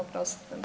Oprostite,